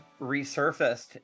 resurfaced